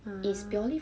ah